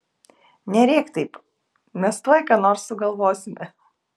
nerėk taip mes tuoj ką nors sugalvosime